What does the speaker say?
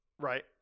Right